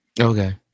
Okay